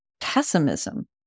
pessimism